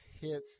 hits